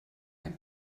ein